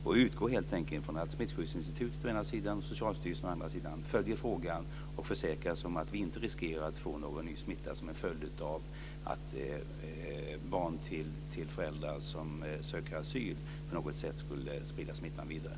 Jag utgår helt enkelt från att Smittskyddsinstitutet å ena sidan och Socialstyrelsen å andra sidan följer frågan och försäkrar sig om att vi inte riskerar att få någon ny smitta som en följd av att barn till föräldrar som söker asyl skulle sprida smittan vidare.